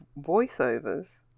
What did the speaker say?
voiceovers